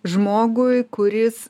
žmogui kuris